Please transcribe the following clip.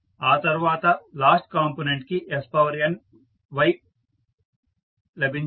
ఆ తర్వాత last component కి sny లభించింది